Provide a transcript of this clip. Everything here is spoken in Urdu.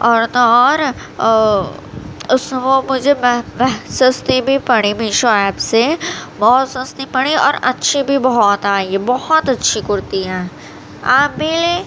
اور تو اور اس وہ مجھے سستی بھی پڑی میشو ایپ سے بہت سستی پڑی اور اچھی بھی بہت آئی ہے بہت اچھی کرتی ہے آپ بھی لیں